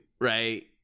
right